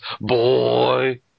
boy